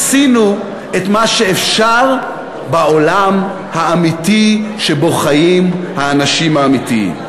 עשינו את מה שאפשר בעולם האמיתי שבו חיים האנשים האמיתיים.